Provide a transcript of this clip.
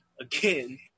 again